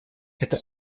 это